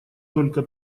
только